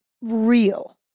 real